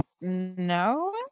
No